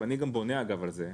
אני בונה על זה,